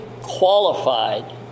qualified